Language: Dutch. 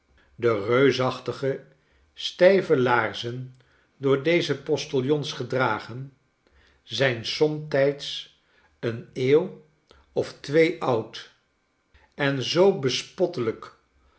de reusachtige stijve laarzen door dezepostiljons gedragen zijn somtijds eene eeuw of twee oud en zoo bespottelijk